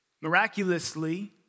miraculously